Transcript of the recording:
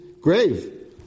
grave